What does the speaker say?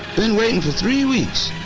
been waiting for three weeks,